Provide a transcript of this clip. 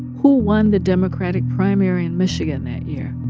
who won the democratic primary in michigan that year?